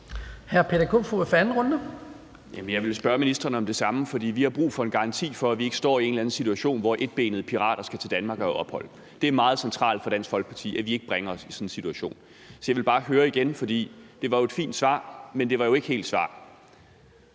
(DF): Jeg vil spørge ministeren om det samme, for vi har brug for en garanti for, at vi ikke står i en eller anden situation, hvor etbenede pirater skal til Danmark og have ophold. Det er meget centralt for Dansk Folkeparti, at vi ikke bringer os i sådan en situation. Så jeg vil bare høre om det igen, for det var jo et fint svar, men det var ikke helt et svar.